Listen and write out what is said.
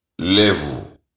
level